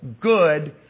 good